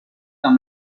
dans